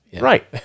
Right